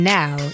now